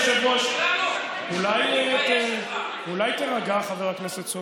ולא לקרוא לציבור להפר את ההוראות.